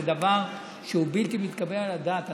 זה דבר שהוא בלתי מתקבל על הדעת.